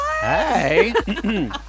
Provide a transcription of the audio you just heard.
Hey